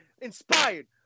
inspired